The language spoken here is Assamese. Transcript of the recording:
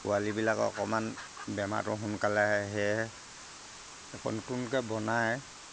পোৱালিবিলাকক অকণমান বেমাৰটো সোনকালে আহে সেয়েহে আকৌ নতুনকৈ বনায়